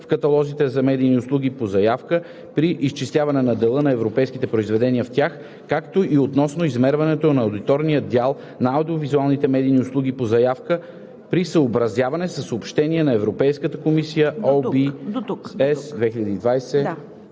в каталозите на медийните услуги по заявка при изчисляване на дела на европейските произведения в тях, както и относно измерването на аудиторния дял на аудио-визуалните медийни услуги по заявка, при съобразяване със Съобщение на Европейската комисия (ОВ, С(2020)